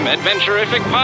Adventurific